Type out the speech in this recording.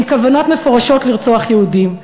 עם כוונות מפורשות לרצוח יהודים.